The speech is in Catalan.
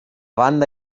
banda